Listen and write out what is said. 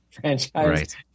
franchise